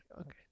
Okay